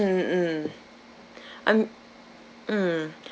mm mm I'm mm